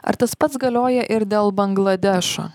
ar tas pats galioja ir dėl bangladešo